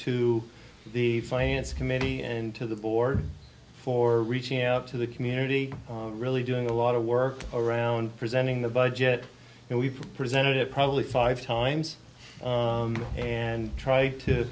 to the finance committee and to the board for reaching out to the community really doing a lot of work around presenting the budget and we presented it probably five times and tr